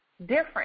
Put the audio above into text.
different